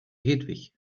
hedwig